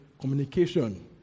communication